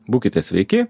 būkite sveiki